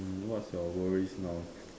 hmm what's your worries now